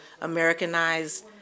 Americanized